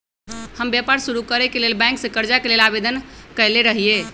हम व्यापार शुरू करेके लेल बैंक से करजा के लेल आवेदन कयले रहिये